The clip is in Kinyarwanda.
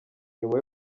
nyuma